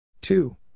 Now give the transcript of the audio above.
two